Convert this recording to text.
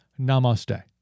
namaste